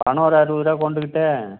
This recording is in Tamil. பணம் ஒரு அறுபது ருபா கொண்டுக்கிட்டு